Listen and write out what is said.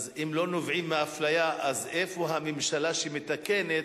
אז אם הם לא נובעים מאפליה, אז איפה הממשלה שמתקנת